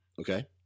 Okay